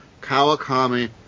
Kawakami